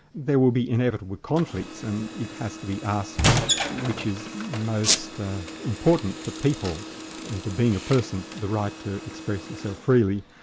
there will be inevitable conflicts and it has to be asked which is most important to people and to being a person the right to express so freely,